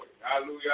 Hallelujah